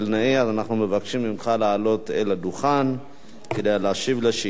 אנחנו מבקשים ממך לעלות על הדוכן כדי להשיב על שאילתות.